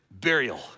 burial